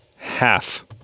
half